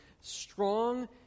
strong